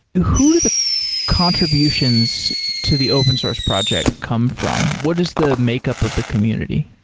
who do the contributions to the open source project come from? what is the makeup of the community?